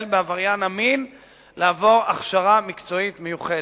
בעבריין המין לעבור הכשרה מקצועית מיוחדת.